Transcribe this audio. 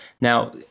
Now